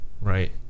right